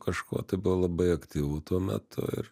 kažkuo tai buvo labai aktyvu tuo metu ir